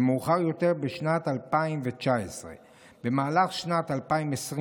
ומאוחר יותר בשנת 2019. במהלך שנת 2022